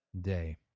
day